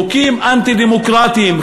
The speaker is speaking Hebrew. חוקים אנטי-דמוקרטיים,